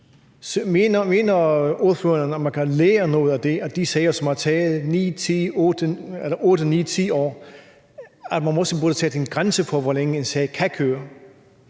Mener ordføreren, at man kan lære noget af det, altså af de sager, som har taget 8, 9, 10 år, og at man måske burde sætte en grænse for, hvor længe en sag kan køre?